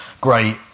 great